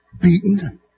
beaten